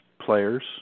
players